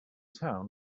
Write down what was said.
town